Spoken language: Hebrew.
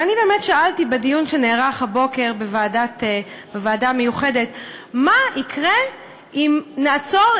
ואני באמת שאלתי בדיון שנערך הבוקר בוועדה המיוחדת: מה יקרה אם נעצור,